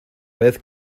vez